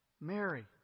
Mary